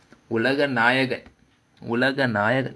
உலக நாயகன் உலக நாயகன்:ulaga nayagan ulaga nayagan